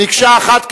מקשה אחת,